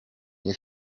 nie